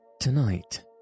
Tonight